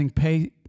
pay